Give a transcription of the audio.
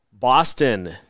Boston